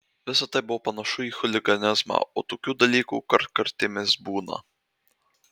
visa tai buvo panašu į chuliganizmą o tokių dalykų kartkartėmis būna